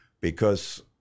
Because-